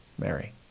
Mary